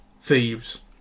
thieves